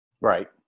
Right